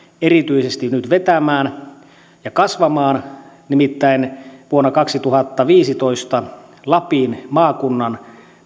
erityisesti nyt vetämään ja kasvamaan nimittäin vuonna kaksituhattaviisitoista lapin maakunnan